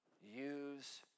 Use